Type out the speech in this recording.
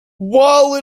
while